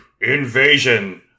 Invasion